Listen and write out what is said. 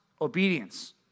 obedience